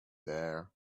there